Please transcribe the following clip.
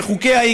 וחוקיה,